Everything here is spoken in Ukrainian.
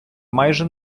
майже